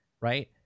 right